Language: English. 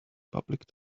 public